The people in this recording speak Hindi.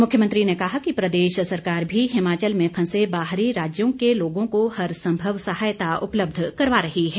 मुख्यमंत्री ने कहा कि प्रदेश सरकार भी हिमाचल में फंसे बाहरी राज्यों के लोगों को हर संभव सहायता उपलब्ध करवा रही है